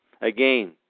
Again